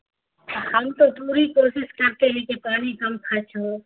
ہم تو پوری کوشش کرتے ہیں کہ پانی کم خرچ ہو